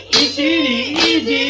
e